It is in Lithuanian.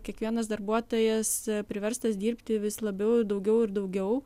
kiekvienas darbuotojas priverstas dirbti vis labiau daugiau ir daugiau